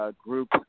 group